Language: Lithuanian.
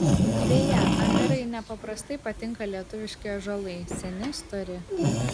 beje amirai nepaprastai patinka lietuviški ąžuolai seni stori